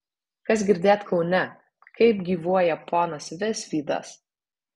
kas girdėt kaune kaip gyvuoja ponas visvydas